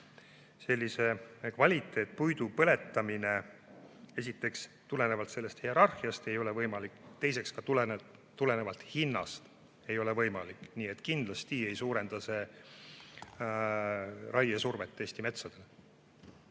Kvaliteetpuidu põletamine ei ole esiteks tulenevalt sellest hierarhiast võimalik ja teiseks ka tulenevalt hinnast ei ole see võimalik. Nii et kindlasti ei suurenda see raiesurvet Eesti metsadele.